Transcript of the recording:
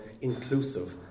inclusive